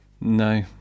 No